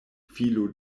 filo